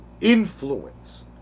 influence